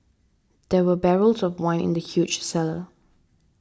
there were barrels of wine in the huge cellar